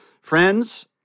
friends